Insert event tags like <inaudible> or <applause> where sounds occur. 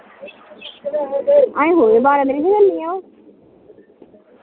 <unintelligible>